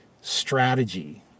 strategy